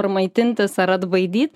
ar maitintis ar atbaidyt